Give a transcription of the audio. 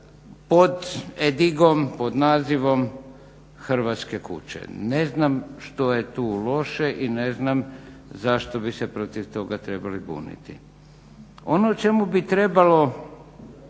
pod edigom pod nazivom "Hrvatske kuće". Ne znam što je tu loše i ne znam zašto bi se protiv toga trebali buniti. Ono o čemu bi trebalo